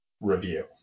review